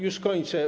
Już kończę.